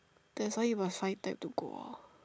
that's why you must find time to go lor